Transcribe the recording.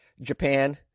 Japan